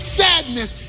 sadness